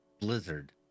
blizzard